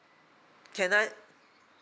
can I